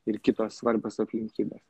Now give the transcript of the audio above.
ir kitos svarbios aplinkybės